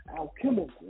Alchemical